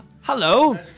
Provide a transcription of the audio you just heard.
Hello